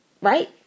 Right